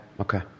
Okay